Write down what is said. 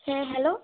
হ্যাঁ হ্যালো